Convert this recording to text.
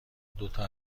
دوتا